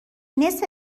نصف